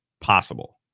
possible